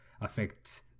affect